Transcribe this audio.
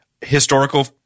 historical